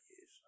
years